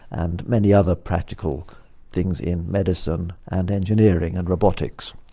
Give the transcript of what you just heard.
and many other practical things in medicine and engineering and robotics.